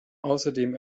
außerdem